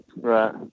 right